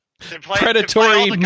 predatory